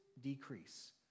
decrease